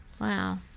Wow